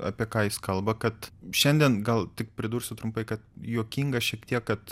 apie ką jis kalba kad šiandien gal tik pridursiu trumpai juokinga šiek tiek kad